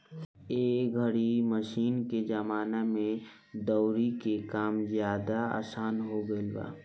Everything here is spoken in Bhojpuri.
एह घरी मशीन के जमाना में दउरी के काम ज्यादे आसन हो गईल बा